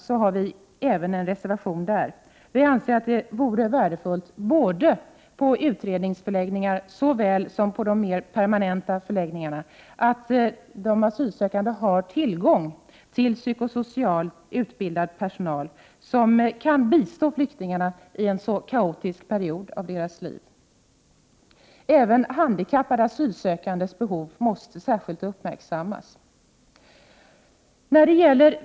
Vi anser att det vore värdefullt om de asylsökande får tillgång till psykosocialt utbildad personal på både utredningsförläggningar Prot. 1988/89:107 na och de mera permanenta förläggningarna. Denna personal skulle kunna bistå flyktingarna i en kaotisk period av livet. Även handikappade asylsökandes behov måste särskilt uppmärksammas.